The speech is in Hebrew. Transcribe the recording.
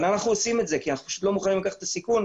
אבל אנחנו עושים את זה כי אנחנו פשוט לא מוכנים לקחת את הסיכון.